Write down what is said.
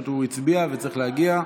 הוא הצביע וצריך להגיע.